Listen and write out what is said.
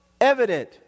evident